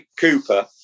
Cooper